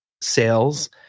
sales